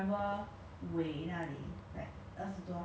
so you go to korea so many times already right then 你